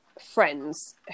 friends